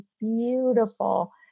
beautiful